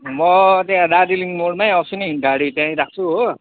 म त्यहाँ दार्जिलिङ मोडमै आउँछु नि गाडी त्यही राख्छु हो